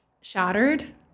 shattered